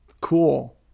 cool